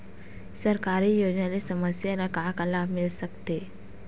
सरकारी योजना ले समस्या ल का का लाभ मिल सकते?